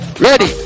ready